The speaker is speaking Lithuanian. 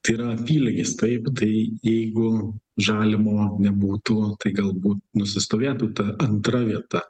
tai yra apylygis taip tai jeigu žalimo nebūtų tai galbūt nusistovėtų ta antra vieta